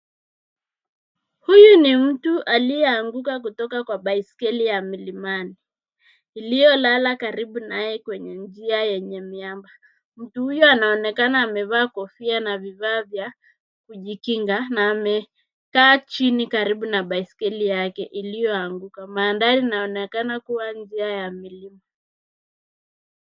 Huyu ni mtu aliyeanguka kutoka kwa baiskeli ya mlimani iliyolala karibu naye kwenye njia yenye miamba. Mtu huyo anaonekana amevaa kofia na vifaa vya kujikinga na amekaa chini karibu na baiskeli iliyoanguka. Mandhari inaonekana kuwa njia ya milima.